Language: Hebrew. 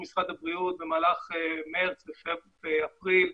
החיסונים הוא אחד הפרמטרים אבל גם פרמטרים אחרים.